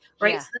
Right